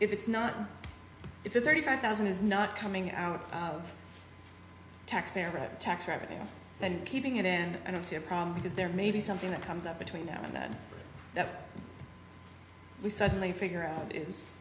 if it's not it's a thirty five thousand is not coming out of taxpayer right tax revenue and keeping it and i don't see a problem because there may be something that comes up between now and then that we suddenly figure out is